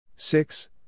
Six